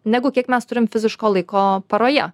negu kiek mes turim fiziško laiko paroje